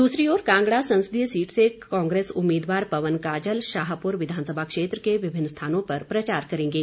द्रसरी ओर कांगड़ा संसदीय सीट से कांग्रेस उम्मीदवार पवन काज शाहपुर विधानसभा क्षेत्र के विभिन्न स्थानों पर प्रचार करेंगे